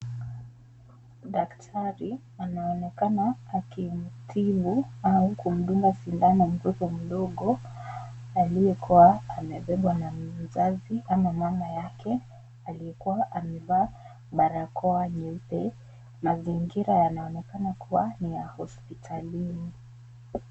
Daktari, anaonekana akimtibu au kumdunga sindano mtoto mdogo, aliyekuwa amebebwa na mzazi ama mama yake. Aliyekuwa amevaa barakoa nyeupe. Mazingira yanaonekana kuwa, ni ya hospitalini.